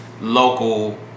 Local